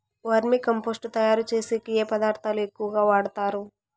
వర్మి compost తయారుచేసేకి ఏ పదార్థాలు ఎక్కువగా వాడుతారు